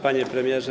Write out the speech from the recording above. Panie Premierze!